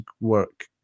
work